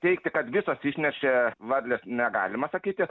teigti kad visos išneršė varlės negalima sakyti